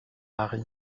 mari